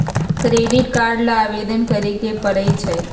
credit card ला आवेदन करे के परई छई